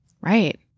Right